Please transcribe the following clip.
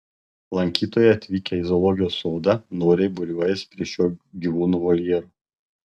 lankytojai atvykę į zoologijos sodą noriai būriuojasi prie šio gyvūno voljero